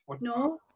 No